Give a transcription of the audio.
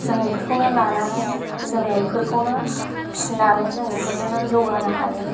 जों इफोरखौनो लानानै जोङो इफोरखौनो फिनानै जों इफोरजोंनो जौगानो हायो